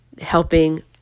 helping